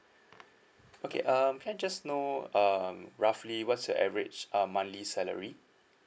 okay um can I just know um roughly what's the average uh monthly salary